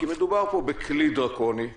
כי מדובר פה בכלי דרקוני,